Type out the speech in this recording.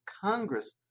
Congress